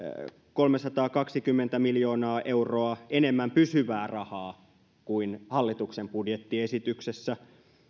kolmesataakaksikymmentä miljoonaa euroa enemmän pysyvää rahaa kuin hallituksen budjettiesityksessä